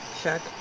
check